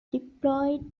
deployed